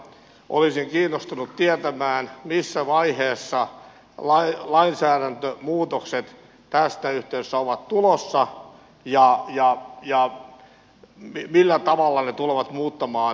olisin kiinnostunut tietämään missä vaiheessa lainsäädäntömuutokset tässä yhteydessä ovat tulossa ja millä tavalla ne tulevat muuttamaan valtionosuusjärjestelmää